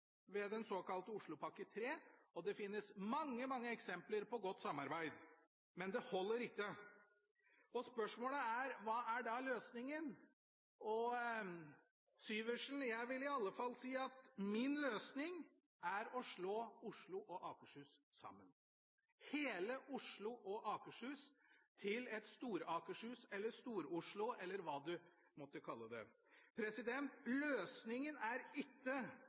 den såkalte Oslopakke 3. Det finnes mange eksempler på godt samarbeid, men det holder ikke. Spørsmålet er: Hva er da løsningen? Til representanten Syversen: Jeg vil i alle fall si at min løsning er å slå Oslo og Akershus sammen – hele Oslo og Akershus til et Stor-Akershus, Stor-Oslo eller hva du måtte kalle det. Løsningen er